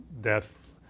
death